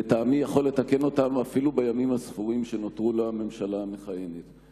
לטעמי הוא יכול לתקן אותם אפילו בימים הספורים שנותרו לממשלה המכהנת.